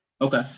okay